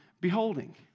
beholding